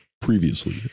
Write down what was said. previously